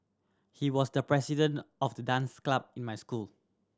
he was the president of the dance club in my school